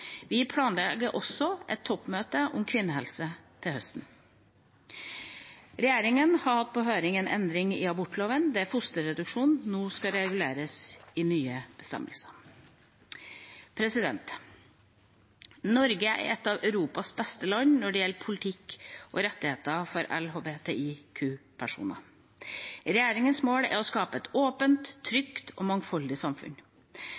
Vi planlegger også et toppmøte om kvinnehelse til høsten. Regjeringa har hatt på høring en endring i abortloven, der fosterreduksjon nå skal reguleres i nye bestemmelser. Norge er et av Europas beste land når det gjelder politikk og rettigheter for LHBTIQ-personer. Regjeringas mål er å skape et åpent, trygt og mangfoldig samfunn.